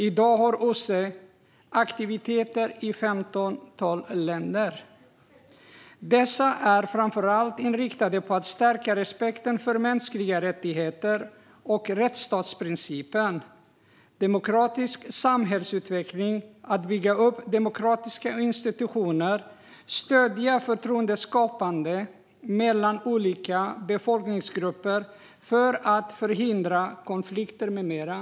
I dag har OSSE aktiviteter i ett femtontal länder. Dessa är framför allt inriktade på att stärka respekten för mänskliga rättigheter och rättsstatsprincipen. Det handlar om demokratisk samhällsutveckling för att bygga upp demokratiska institutioner och om att stödja förtroendeskapande mellan olika befolkningsgrupper för att förhindra konflikter med mera.